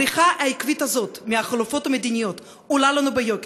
הבריחה העקבית הזאת מהחלופות המדיניות עולה לנו ביוקר,